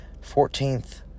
Fourteenth